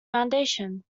foundation